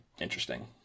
interesting